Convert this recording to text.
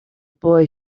boy